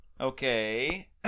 Okay